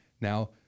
Now